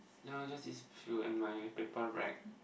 ya just these few and my paper rack